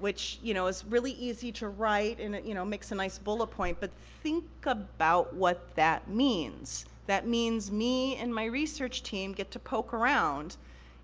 which you know is really easy to write, and you know makes a nice bullet point, but think about what that means. that means me and my research team get to poke around